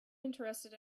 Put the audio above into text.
interested